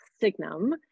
Signum